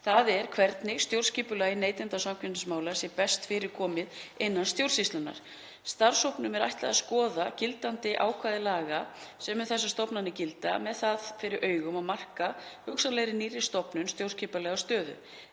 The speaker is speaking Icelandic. þ.e. hvernig stjórnskipulagi neytenda- og samkeppnismála sé best fyrir komið innan stjórnsýslunnar. Starfshópnum er ætlað að skoða gildandi ákvæði laga sem um þessar stofnanir gilda með það fyrir augum að marka hugsanlegri nýrri stofnun stjórnskipulega stöðu.